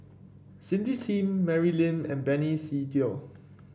Cindy Sim Mary Lim and Benny Se Teo